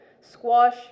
Squash